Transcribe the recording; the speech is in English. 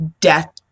death